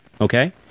okay